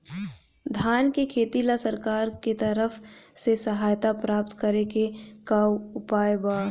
धान के खेती ला सरकार के तरफ से सहायता प्राप्त करें के का उपाय बा?